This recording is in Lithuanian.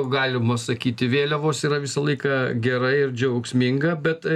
galima sakyti vėliavos yra visą laiką gerai ir džiaugsminga bet